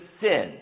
sin